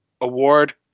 award